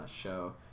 show